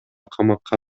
камакка